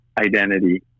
identity